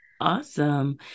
Awesome